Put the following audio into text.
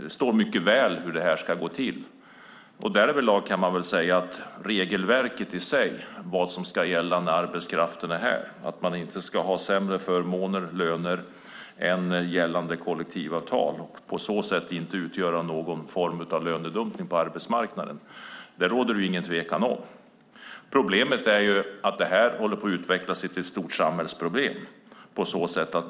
Där står mycket väl hur det här ska gå till. Därvidlag kan man säga att det inte råder något tvivel om vad som gäller i regelverket, vad som ska gälla när arbetskraften är här, att den inte får sämre förmåner och löner än gällande kollektivavtal, det vill säga att det inte råder lönedumpning på arbetsmarknaden. Men det här håller på att utveckla sig till ett samhällsproblem.